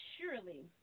surely